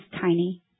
tiny